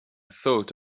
thought